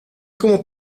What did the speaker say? como